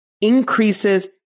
increases